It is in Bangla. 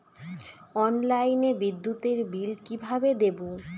অনলাইনে বিদ্যুতের বিল কিভাবে দেব?